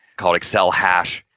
called excel hash,